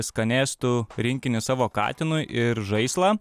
skanėstų rinkinį savo katinui ir žaislą